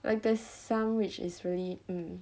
like there's some which is really mm